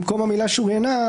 במקום המילה "שוריינה",